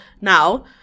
now